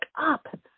up